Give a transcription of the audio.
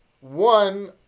One